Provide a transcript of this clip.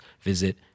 visit